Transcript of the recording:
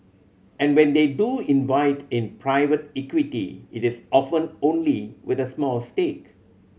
and when they do invite in private equity it is often only with a small stake